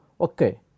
Okay